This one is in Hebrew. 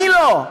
מי לא?